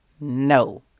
No